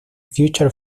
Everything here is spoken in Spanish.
future